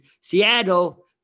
Seattle